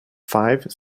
five